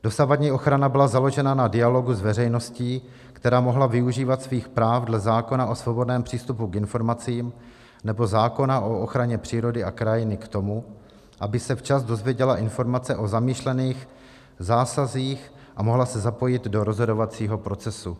Dosavadní ochrana byla založena na dialogu s veřejností, která mohla využívat svých práv dle zákona o svobodném přístupu k informacím nebo zákona o ochraně přírody a krajiny k tomu, aby se včas dozvěděla informace o zamýšlených zásazích a mohla se zapojit do rozhodovacího procesu.